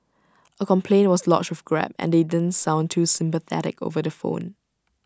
A complaint was lodged with grab and they didn't sound too sympathetic over the phone